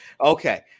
Okay